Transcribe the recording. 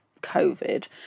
COVID